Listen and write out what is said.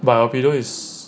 but albedo is